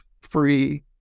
free